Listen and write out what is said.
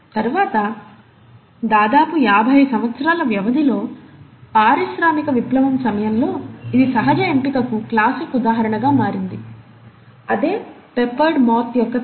తర్వాత దాదాపు యాభై సంవత్సరాల వ్యవధిలో పారిశ్రామిక విప్లవం సమయంలో ఇది సహజ ఎంపికకు క్లాసిక్ ఉదాహరణగా మారింది అదే పెప్పర్డ్ మాత్ యొక్క తరం